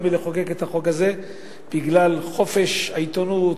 מלחוקק את החוק הזה בגלל חופש העיתונות,